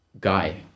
guy